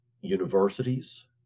universities